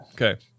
Okay